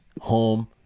Home